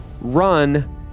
run